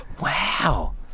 Wow